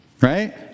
Right